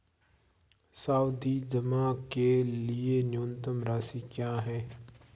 सावधि जमा के लिए न्यूनतम राशि क्या है?